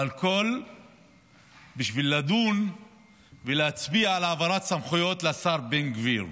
והכול בשביל לדון ולהצביע על העברת סמכויות לשר בן גביר,